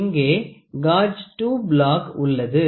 இங்கே காஜ் 2 பிளாக் உள்ளது